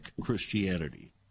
Christianity